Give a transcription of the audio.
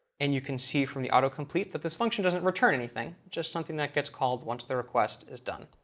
and you can see from the autocomplete that this function doesn't return anything, just something that gets called once the request is done.